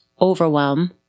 overwhelm